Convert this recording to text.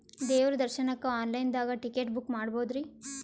ದೇವ್ರ ದರ್ಶನಕ್ಕ online ದಾಗ ಟಿಕೆಟ ಬುಕ್ಕ ಮಾಡ್ಬೊದ್ರಿ?